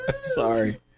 sorry